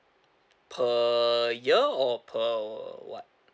per year or per what